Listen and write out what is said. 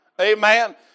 Amen